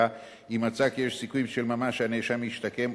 אם מצא כי יש סיכוי של ממש שהנאשם ישתקם,